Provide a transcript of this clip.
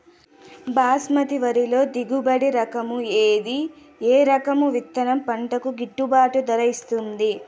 బాస్మతి వరిలో దిగుబడి రకము ఏది ఏ రకము విత్తనం పంటకు గిట్టుబాటు ధర ఇస్తుంది